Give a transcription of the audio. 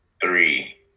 three